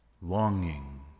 Longing